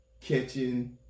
catching